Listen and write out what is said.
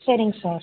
சரிங்க சார்